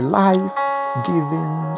life-giving